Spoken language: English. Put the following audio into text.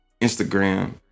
Instagram